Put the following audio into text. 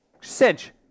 Cinch